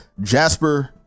Jasper